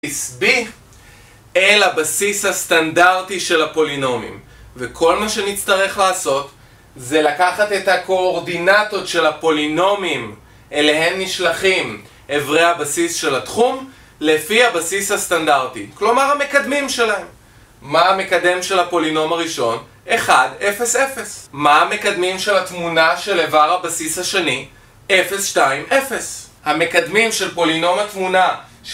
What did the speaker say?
בסיס B אל הבסיס הסטנדרטי של הפולינומים. וכל מה שנצטרך לעשות זה לקחת את הקואורדינטות של הפולינומים אליהן נשלחים איברי הבסיס של התחום, לפי הבסיס הסטנדרטי. כלומר המקדמים שלהם. מה המקדם של הפולינום הראשון? 1,0,0 מה המקדמים של התמונה של איבר הבסיס השני? 0,2,0. המקדמים של פולינום התמונה